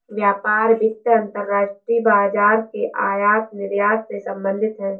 व्यापार वित्त अंतर्राष्ट्रीय बाजार के आयात निर्यात से संबधित है